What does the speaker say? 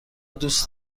دوست